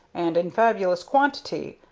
and in fabulous quantity,